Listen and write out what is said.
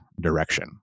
direction